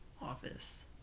office